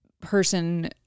person